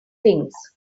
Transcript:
things